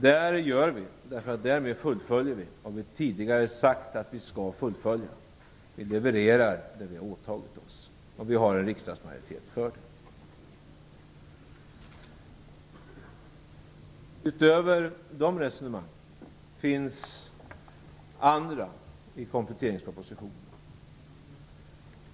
Detta gör vi för att därmed fullfölja det vi tidigare har sagt att vi skall fullfölja. Vi levererar det vi har åtagit oss, och vi har en riksdagsmajoritet för det. Därutöver finns det andra resonemang i kompletteringspropositionen.